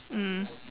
mm